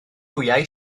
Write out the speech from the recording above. wyau